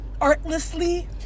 artlessly